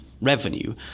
revenue